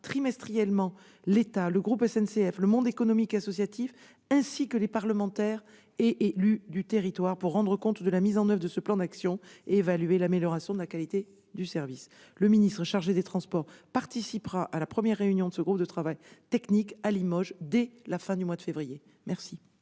trimestriellement l'État, le groupe SNCF et le monde économique et associatif, ainsi que les parlementaires et les élus du territoire, pour rendre compte de la mise en oeuvre de ce plan d'action et évaluer l'amélioration de la qualité de service. Le ministre chargé des transports participera à la première réunion de ce groupe de travail technique à Limoges à la fin du mois de février prochain.